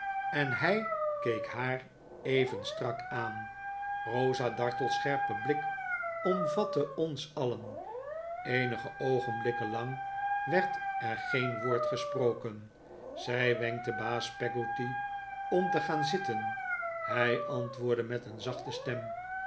en hij keek haar even strak aan rosa dartle's scherpe blik omvatte ons alien eenige oogenblikken lang werd er geen woord gesproken zij wenkte baas peggotty om te gaan zitten hij antwoordde met een zachte stem